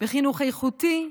בחינוך איכותי,